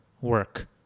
work